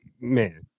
Man